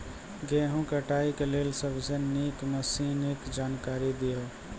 गेहूँ कटाई के लेल सबसे नीक मसीनऽक जानकारी दियो?